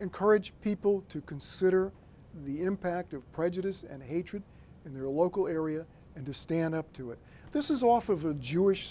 encourage people to consider the impact of prejudice and hatred in their local area and to stand up to it this is off of a jewish